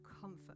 comfort